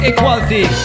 Equality